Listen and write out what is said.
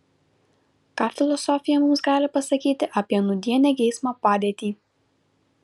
ką filosofija mums gali pasakyti apie nūdienę geismo padėtį